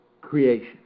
creation